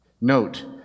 Note